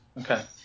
Okay